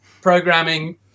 programming